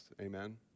Amen